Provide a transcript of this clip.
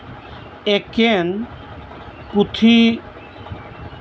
ᱮᱠᱷᱮᱱ ᱯᱩᱛᱷᱤ